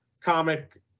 comic